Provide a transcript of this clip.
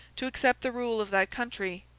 to accept the rule of that country.